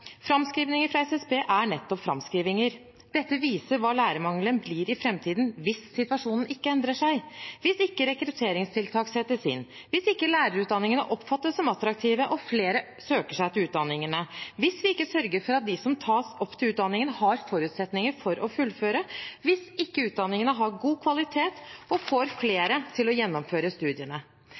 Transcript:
fra SSB er nettopp framskrivinger. Dette viser hva lærermangelen blir i framtiden hvis situasjonen ikke endrer seg – hvis ikke rekrutteringstiltak settes inn, hvis ikke lærerutdanningene oppfattes som attraktive og flere søker seg til utdanningene, hvis vi ikke sørger for at de som tas opp til utdanningen, har forutsetninger for å fullføre, hvis ikke utdanningene har god kvalitet og får flere til å gjennomføre studiene.